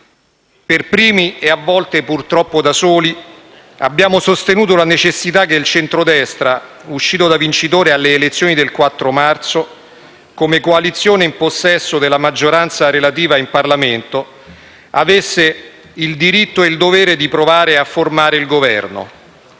Per primi, e a volte purtroppo da soli, abbiamo sostenuto la necessità che il centrodestra, uscito vincitore alle elezioni del 4 marzo come coalizione in possesso della maggioranza relativa in Parlamento, avesse il diritto e il dovere di provare a formare il Governo.